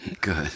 Good